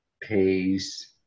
pays